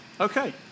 Okay